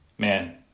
Man